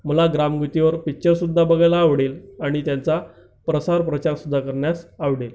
मला ग्रामगीतेवर पिक्चरसुद्धा बघायला आवडेल आणि त्यांचा प्रसार प्रचार सुद्धा करण्यास आवडेल